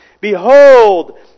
Behold